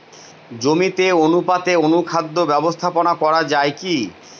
জমিতে অনুপাতে অনুখাদ্য ব্যবস্থাপনা করা য়ায় কি?